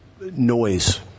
noise